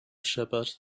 shepherd